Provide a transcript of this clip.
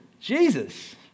Jesus